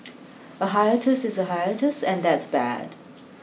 a hiatus is a hiatus and that's bad